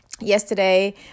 yesterday